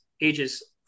ages